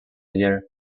year